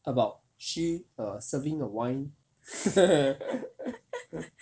about she serving a wine